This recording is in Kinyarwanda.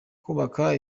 kubaka